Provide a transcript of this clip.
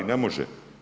Ne može.